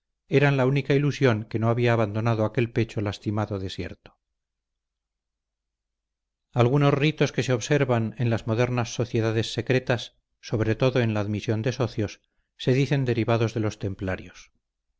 eran la única ilusión que no había abandonado aquel pecho lastimado desierto algunos ritos que se observan en las modernas sociedades secretas sobre todo en la admisión de socios se dicen derivados de los templarios